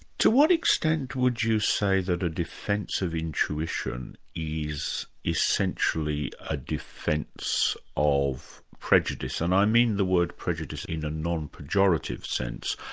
to what extent would you say that a defence of intuition is essentially a defence of prejudice? and i mean the word prejudice in a non-pejorative sense,